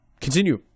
continue